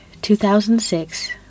2006